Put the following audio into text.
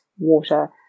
water